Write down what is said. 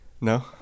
no